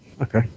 okay